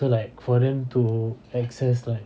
so like for them to access like